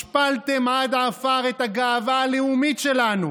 השפלתם עד עפר את הגאווה הלאומית שלנו